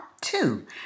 two